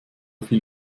viel